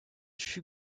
fut